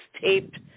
taped